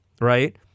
Right